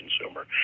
consumer